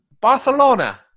Barcelona